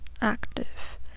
active